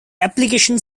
application